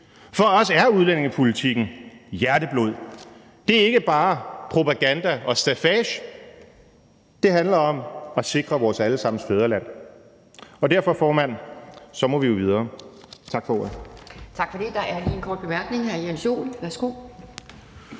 For os er udlændingepolitikken hjerteblod. Det er ikke bare propaganda og staffage. Det handler om at sikre vores alle sammens fædreland. Og derfor, formand, må vi jo videre. Tak for ordet.